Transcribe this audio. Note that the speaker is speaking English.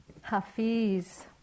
Hafiz